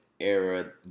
era